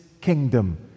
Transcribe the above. kingdom